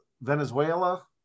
Venezuela